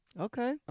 Okay